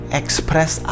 express